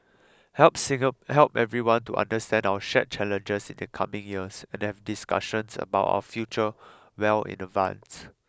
help help everyone to understand our shared challenges in the coming years and have discussions about our future well in advance